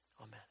Amen